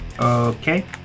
Okay